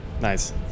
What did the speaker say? Nice